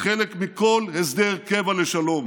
כחלק מכל הסדר קבע לשלום,